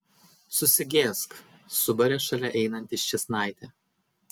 susigėsk subarė šalia einanti ščėsnaitė